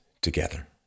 together